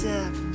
Step